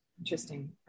Interesting